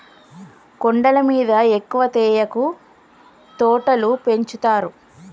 కొండల మీద ఎక్కువ తేయాకు తోటలు పెంచుతారు